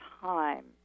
time